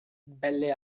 belle